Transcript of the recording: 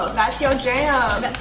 that's your jam.